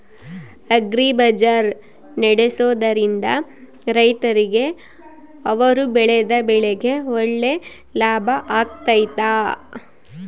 Agri Bazaar ನಡೆಸ್ದೊರಿಂದ ರೈತರಿಗೆ ಅವರು ಬೆಳೆದ ಬೆಳೆಗೆ ಒಳ್ಳೆ ಲಾಭ ಆಗ್ತೈತಾ?